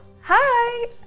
Hi